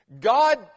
God